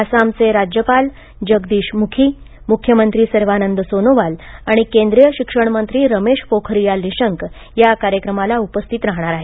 आसामचे राज्यपाल जगदीश मुखी मुख्यमंत्री सर्वानंद सोनोवाल आणि केंद्रीय शिक्षण मंत्री रमेश पोखरियाल निशंक या कार्यक्रमाला उपस्थित राहणार आहेत